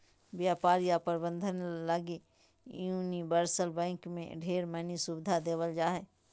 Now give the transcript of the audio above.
व्यापार या प्रबन्धन लगी यूनिवर्सल बैंक मे ढेर मनी सुविधा देवल जा हय